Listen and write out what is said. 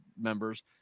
members